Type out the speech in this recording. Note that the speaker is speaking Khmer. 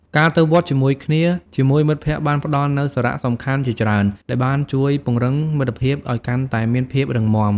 ការទៅវត្តជាមួយគ្នាជាមួយមិត្តភក្តិបានផ្តល់នូវសារៈសំខាន់ជាច្រើនដែលបានជួយពង្រឹងមិត្តភាពឲ្យកាន់តែមានភាពរឹងមាំ។